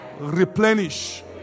replenish